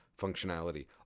functionality